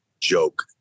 joke